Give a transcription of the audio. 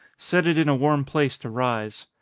set it in a warm place to rise.